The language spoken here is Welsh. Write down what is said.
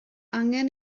angen